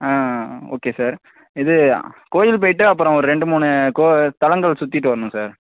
ஆ okay sir இது கோயில் போயிவிட்டு அப்புறம் ஒரு ரெண்டு மூணு கோ தளங்கள் சுற்றிட்டு வர்ணும் சார்